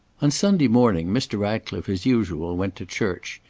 on sunday morning mr. ratcliffe, as usual, went to church.